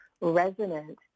resonant